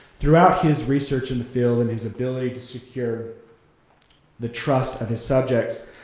throughout his research in the field and his ability to secure the trust of his subjects,